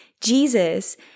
Jesus